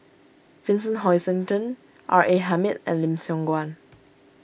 Vincent Hoisington R A Hamid and Lim Siong Guan